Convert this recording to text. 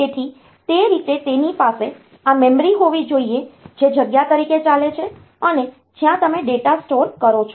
તેથી તે રીતે તેની પાસે આ મેમરી હોવી જોઈએ જે જગ્યા તરીકે ચાલે છે અને જ્યાં તમે ડેટા સ્ટોર કરો છો